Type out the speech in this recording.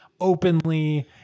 openly